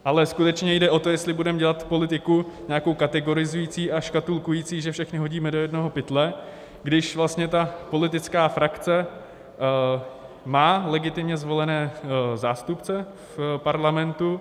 Ale skutečně jde o to, jestli budeme dělat politiku nějakou kategorizující a škatulkující, že všechny hodíme do jednoho pytle, když vlastně ta politická frakce má legitimně zvolené zástupce v parlamentu.